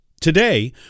Today